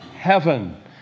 Heaven